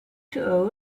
too